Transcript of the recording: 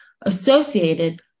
associated